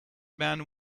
man